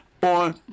on